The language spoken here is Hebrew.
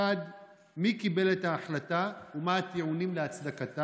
1. מי קיבל את ההחלטה ומה הטיעונים להצדקתה?